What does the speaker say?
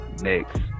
next